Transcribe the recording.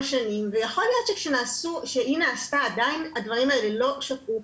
שנים ויכול להיות שכשהיא נעשתה עדיין הדברים האלה לא שקעו.